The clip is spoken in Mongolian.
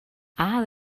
аав